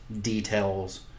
details